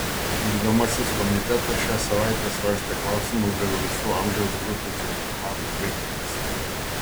vykdomasis komitetas šią savaitę svarstė klausimus dėl visų amžiaus grupių čempionatų baigties